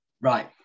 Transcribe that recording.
right